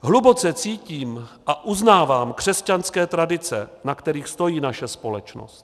Hluboce cítím a uznávám křesťanské tradice, na kterých stojí naše společnost.